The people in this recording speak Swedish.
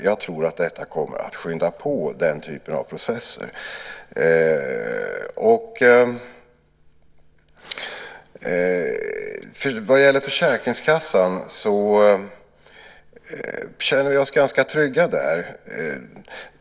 Jag tror att detta kommer att skynda på den typen av processer. Vi känner oss ganska trygga när det gäller försäkringskassan.